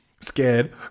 scared